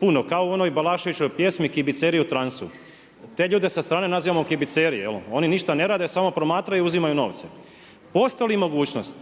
puno kao u onoj Balaševićevoj pjesmi Kibiceri u transu. Te ljude sa strane nazivamo kibiceri, oni ništa ne rade, samo promatraju i uzimaju novce. Postoji li mogućnost